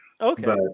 Okay